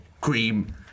cream